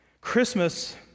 Christmas